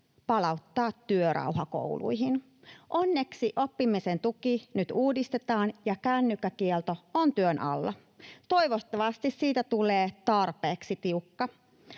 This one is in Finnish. palauttaa työrauha kouluihin. Onneksi oppimisen tuki nyt uudistetaan, ja kännykkäkielto on työn alla. Toivottavasti siitä tulee tarpeeksi tiukka.